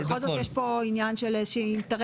בכל זאת, יש פה עניין של איזה שהוא אינטרס.